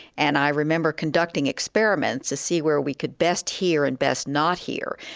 and i remember conducting experiments to see where we could best hear and best not hear.